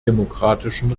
demokratischen